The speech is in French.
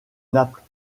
naples